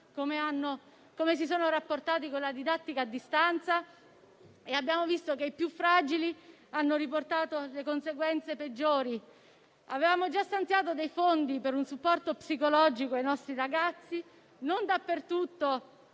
come si sono rapportati con la didattica a distanza, e abbiamo visto che i più fragili hanno riportato le conseguenze peggiori. Avevamo già stanziato fondi per un supporto psicologico ai nostri ragazzi, ma nel